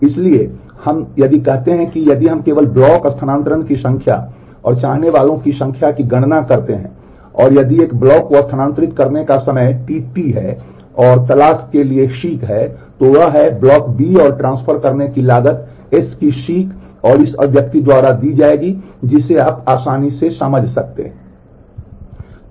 इसलिए यदि हम कहते हैं कि यदि हम केवल ब्लॉक स्थानान्तरण की संख्या और चाहने वालों की संख्या की गणना करते हैं और यदि एक ब्लॉक को स्थानांतरित करने का समय tT है और तलाश के लिए seek है तो वह है ब्लॉक B और ट्रांसफर करने की लागत S की सीक इस अभिव्यक्ति द्वारा दी जाएगी जिसे आप आसानी से समझ सकते हैं